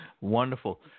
Wonderful